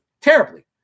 terribly